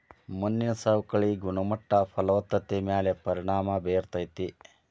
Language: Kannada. ಮಣ್ಣಿನ ಸವಕಳಿ ಗುಣಮಟ್ಟ ಫಲವತ್ತತೆ ಮ್ಯಾಲ ಪರಿಣಾಮಾ ಬೇರತತಿ